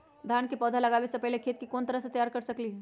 धान के पौधा लगाबे से पहिले खेत के कोन तरह से तैयार कर सकली ह?